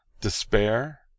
Despair